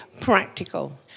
practical